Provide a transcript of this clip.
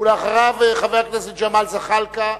אחריו, חבר הכנסת ג'מאל זחאלקה,